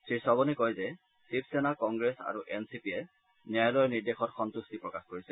শ্ৰীচৱনে কয় যে শিৱসেনা কংগ্ৰেছ আৰু এন চি পি য়ে ন্যায়ালয়ৰ নিৰ্দেশত সম্ভট্টি প্ৰকাশ কৰিছে